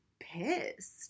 pissed